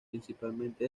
principalmente